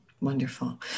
Wonderful